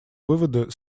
выводы